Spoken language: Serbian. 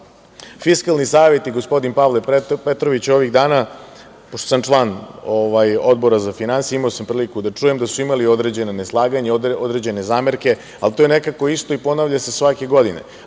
planu. Fiskalni savet i gospodin Pavle Petrović ovih dana, pošto sam član Odbora za finansije, imao sam priliku da čujem da su imali određena neslaganja, određene zamerke, ali to je nekako isto i ponavlja se svake godine,